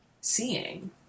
seeing